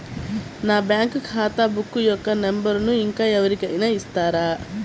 నా బ్యాంక్ ఖాతా బుక్ యొక్క నంబరును ఇంకా ఎవరి కైనా ఇస్తారా?